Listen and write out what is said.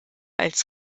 als